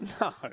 No